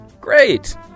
Great